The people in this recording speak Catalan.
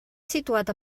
situat